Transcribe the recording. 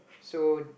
so